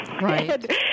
Right